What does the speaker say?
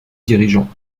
dirigeants